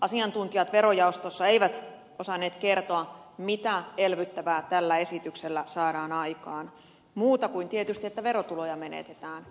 asiantuntijat verojaostossa eivät osanneet kertoa mitä elvyttävää tällä esityksellä saadaan aikaan muuta kuin tietysti se että verotuloja menetetään